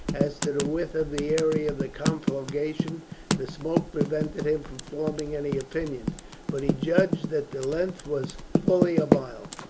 as to the width of the area of the conflagration the smoke prevented him from forming any opinion but he judged that the length was fully a mile.